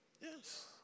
Yes